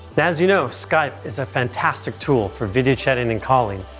as you know, skype is a fantastic tool for video chatting and calling,